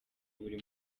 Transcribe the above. buri